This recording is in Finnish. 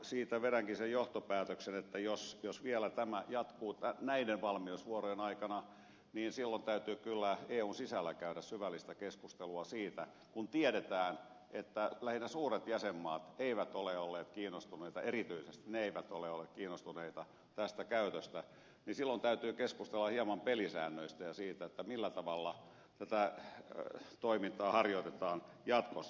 siitä vedänkin sen johtopäätöksen että jos tämä vielä jatkuu näiden valmiusvuorojen aikana niin silloin täytyy kyllä eun sisällä käydä syvällistä keskustelua siitä kun tiedetään että lähinnä suuret jäsenmaat eivät ole olleet kiinnostuneita erityisesti ne eivät ole olleet kiinnostuneita tästä käytöstä niin silloin täytyy keskustella hieman pelisäännöistä ja siitä millä tavalla tätä toimintaa harjoitetaan jatkossa